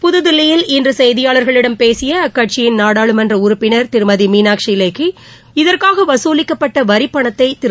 புதுதில்லியில் இன்று செய்தியாளர்களிடம் பேசிய அக்கட்சியின் நாடாளுமன்ற உறுப்பினர் திருமதி மீனாட்சி லேகி இதற்காக வசூலிக்கப்பட்ட வரிப்பணத்தை திரு